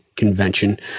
convention